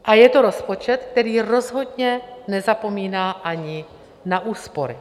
A je to rozpočet, který rozhodně nezapomíná ani na úspory.